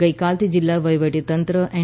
ગઈકાલથી જિલ્લા વહીવટી તંત્ર એન